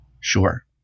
Sure